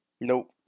Nope